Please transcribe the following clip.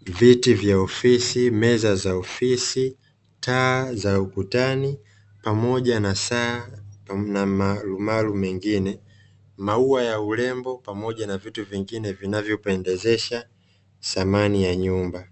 viti vya ofisi, meza za ofisi, taa za ukutani pamoja na saa na marumaru mengine, maua ya urembo pamoja na vitu vingine vinavyopendezesha samani ya nyumba.